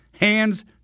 hands